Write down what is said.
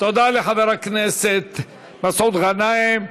תודה לחבר הכנסת מסעוד גנאים.